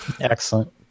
Excellent